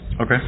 Okay